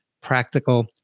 practical